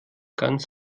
ganz